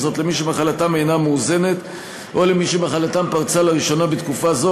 וזאת למי שמחלתם אינה מאוזנת או למי שמחלתם פרצה לראשונה בתקופה זו,